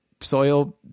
soil